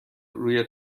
روی